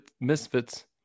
Misfits